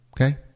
okay